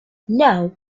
now